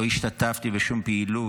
לא השתתפתי בשום פעילות,